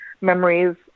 memories